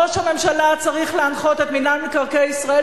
ראש הממשלה צריך להנחות את מינהל מקרקעי ישראל